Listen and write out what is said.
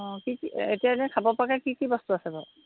অঁ কি কি এতিয়া যে খাব পৰাকৈ কি কি বস্তু আছে বাৰু